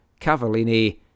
Cavallini